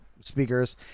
speakers